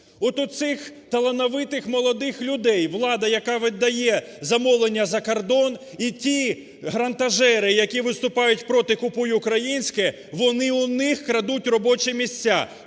От оцих талановитих молодих людей, влада, яка віддає замовлення за кордон і тігрантожери, які виступають проти "Купуй українське", вони у них крадуть робочі місця.